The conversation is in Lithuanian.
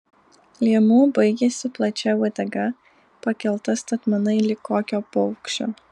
liemuo baigėsi plačia uodega pakelta statmenai lyg kokio paukščio